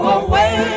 away